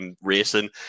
racing